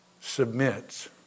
submits